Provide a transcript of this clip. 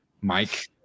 Mike